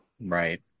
Right